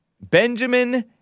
Benjamin